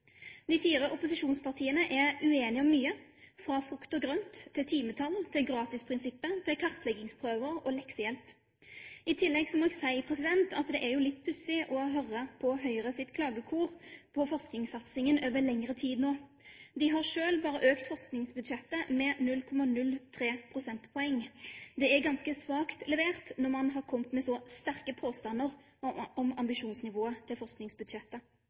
de ikke. De fire opposisjonspartiene er uenige om mye, fra frukt og grønt til timetall, til gratisprinsippet, til kartleggingsprøver og til leksehjelp. I tillegg må jeg si, etter å ha hørt på Høyres klagekor over forskningssatsingen i lengre tid nå, at det er litt pussig at de har selv bare økt forskningsbudsjettet med 0,03 prosentpoeng. Det er ganske svakt levert når man har kommet med så sterke påstander om ambisjonsnivået til forskningsbudsjettet.